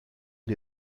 die